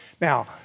Now